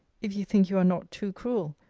if you think you are not too cruel,